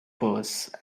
purse